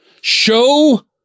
Show